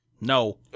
No